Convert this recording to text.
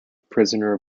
prisoner